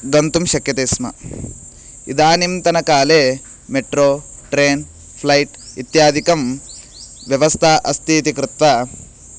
गन्तुं शक्यते स्म इदानीन्तनकाले मेट्रो ट्रेन् फ़्लैट् इत्यादिकं व्यवस्था अस्ति इति कृत्वा